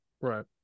Right